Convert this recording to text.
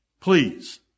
Please